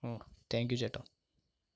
ഓ thank you ചേട്ടാ